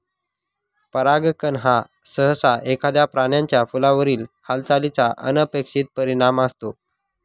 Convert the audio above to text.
परागकण हा सहसा एखाद्या प्राण्याचा फुलावरील हालचालीचा अनपेक्षित परिणाम असतो